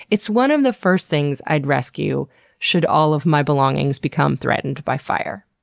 it's one of the first things i'd rescue should all of my belongings become threatened by fire.